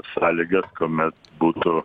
sąlygas kuomet būtų